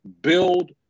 build